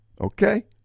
Okay